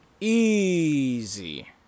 Easy